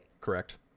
Correct